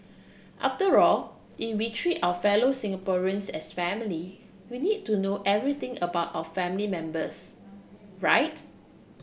after all if we treat our fellow Singaporeans as family we need to know everything about our family members right